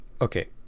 okay